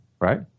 right